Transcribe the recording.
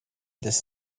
this